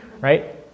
right